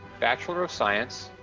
bachelor of science,